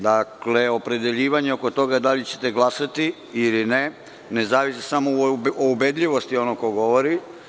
Dakle, opredeljivanje oko toga da li ćete glasati ili ne ne zavisi samo u ubedljivosti onog ko govori.